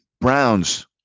Browns